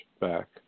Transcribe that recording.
back